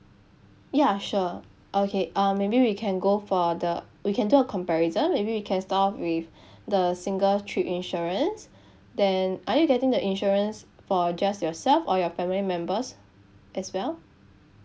ya sure okay um maybe we can go for the we can do a comparison maybe we can start off with the single trip insurance then are you getting the insurance for just yourself or your family members as well